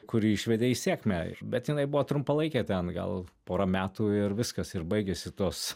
kuri išvedė į sėkmę bet jinai buvo trumpalaikė ten gal pora metų ir viskas ir baigėsi tos